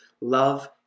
love